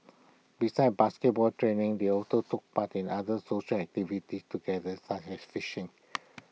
besides basketball training they also took part in other social activities together such as fishing